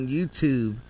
YouTube